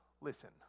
listen